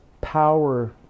power